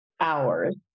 hours